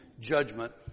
judgment